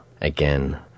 again